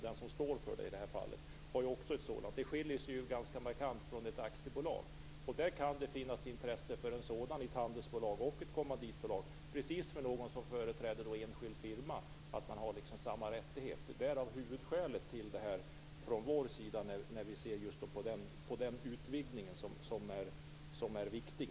Den som står för bolaget har också ett sådant ansvar. Det skiljer sig ganska markant från ett aktiebolag. I ett handelsbolag och ett kommanditbolag kan det finnas intresse för en utvidgning, så att man har samma rättigheter som den som företräder enskild firma. Det är huvudskälet till det här förslaget från vår sida. Vi ser den utvidgningen som viktig.